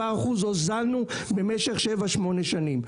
7% הוזלנו במשך שבע-שמונה שנים.